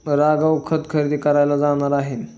राघव खत खरेदी करायला जाणार आहे